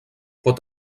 pot